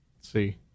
see